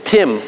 Tim